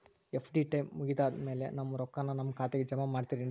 FD time ಮುಗಿದಾದ್ ಮ್ಯಾಲೆ ನಮ್ ರೊಕ್ಕಾನ ನಮ್ ಖಾತೆಗೆ ಜಮಾ ಮಾಡ್ತೇರೆನ್ರಿ?